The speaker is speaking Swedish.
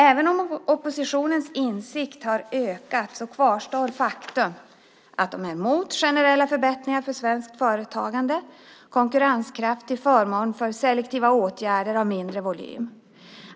Även om oppositionens insikt har ökat kvarstår faktum att de är emot generella förbättringar för svenskt företagande och konkurrenskraft till förmån för selektiva åtgärder av mindre volym.